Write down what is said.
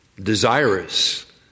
desirous